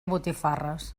botifarres